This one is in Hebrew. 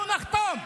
אנחנו נחתום,